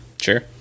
sure